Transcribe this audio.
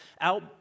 out